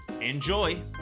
Enjoy